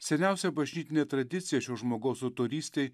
seniausia bažnytinė tradicija šio žmogaus autorystei